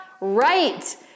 right